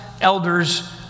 elders